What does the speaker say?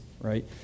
right